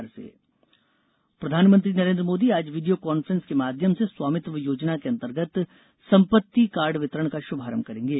PM स्वामित्व योजना प्रधानमंत्री नरेन्द्र मोदी आज वीडियो कांफ्रेंस के माध्यम से स्वामित्व योजना के अंतर्गत संपत्ति कार्ड वितरण का श्भारंभ करेंगे